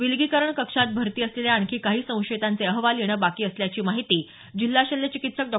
विलगीकरण कक्षात भरती असलेल्या आणखी काही संशयितांचे अहवाल येणं बाकी असल्याची माहिती जिल्हा शल्यचिकित्सक डॉ